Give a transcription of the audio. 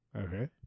Okay